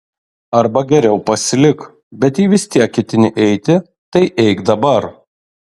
arba geriau pasilik bet jei vis tiek ketini eiti tai eik dabar